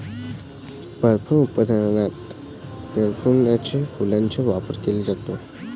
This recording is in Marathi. परफ्यूम उत्पादनात प्लुमेरियाच्या फुलांचा वापर केला जातो